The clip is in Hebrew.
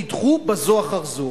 נדחו בזו אחר זו,